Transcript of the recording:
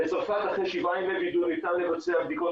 בצרפת אחרי שבעה ימים ניתן לבצע בדיקות